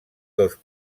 dos